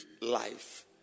life